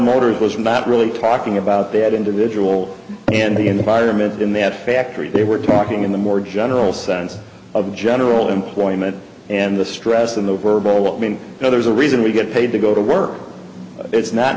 motors was not really talking about that individual and the environment in that factory they were talking in the morgue the general sense of general employment and the stress of the verbal i mean you know there's a reason we get paid to go to work it's not